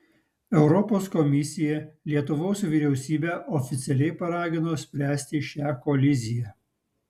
europos komisija lietuvos vyriausybę oficialiai paragino spręsti šią koliziją